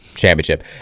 Championship